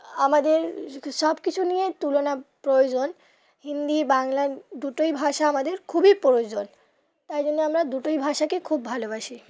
আমাদের সব কিছু নিয়ে তুলনা প্রয়োজন হিন্দি বাংলা দুটোই ভাষা আমাদের খুবই প্রয়োজন তাই জন্য আমরা দুটোই ভাষাকে খুব ভালোবাসি